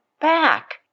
back